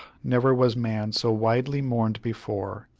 never was man so widely mourned before.